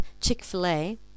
Chick-fil-A